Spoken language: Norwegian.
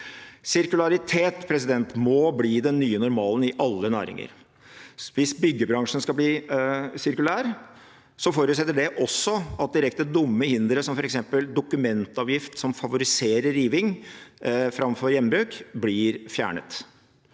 Sirkularitet må bli den nye normalen i alle næringer. Hvis byggebransjen skal bli sirkulær, forutsetter det også at direkte dumme hindre, som f.eks. dokumentavgift, som favoriserer riving framfor gjenbruk, blir fjernet.